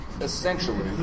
essentially